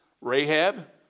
Rahab